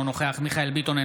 אינו נוכח מיכאל מרדכי ביטון,